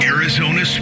Arizona